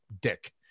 dick